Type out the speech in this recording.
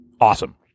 awesome